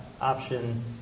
option